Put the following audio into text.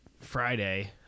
Friday